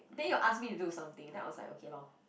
then you ask me to do something then I was like okay lor